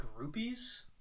groupies